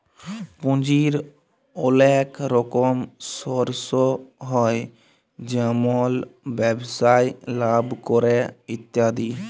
পুঁজির ওলেক রকম সর্স হ্যয় যেমল ব্যবসায় লাভ ক্যরে ইত্যাদি